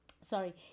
Sorry